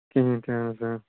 کِہیٖنۍ تہِ اَہن حظ اَہن آ